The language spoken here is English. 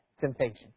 temptation